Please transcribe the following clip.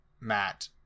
Matt